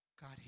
God